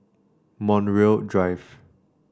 Montreal Drive